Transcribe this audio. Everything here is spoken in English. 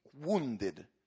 wounded